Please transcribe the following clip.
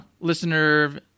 listener